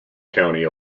county